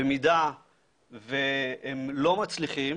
במידה שהם לא מצליחים